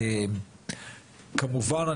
כמובן,